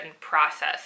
process